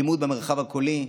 לימוד במרחב הקולי,